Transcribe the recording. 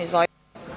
Izvolite.